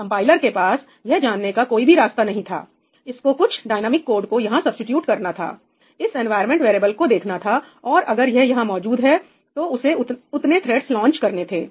compiler के पास यह जानने का कोई भी रास्ता नहीं था इसको कुछ डाइनेमिक कोड को यहां सब्सीट्यूट करना था इस एनवायरमेंट वेरिएबल को देखना थाऔर अगर यह यहां मौजूद है तो उसे उतने थ्रेड्स लांच करने थे